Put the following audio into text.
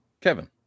Kevin